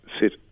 sit